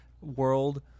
world